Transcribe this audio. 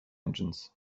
engines